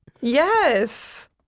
Yes